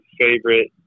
favorite